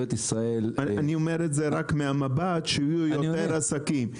אני אומר את זה רק מהמבט שיהיו יותר עסקים,